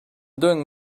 doing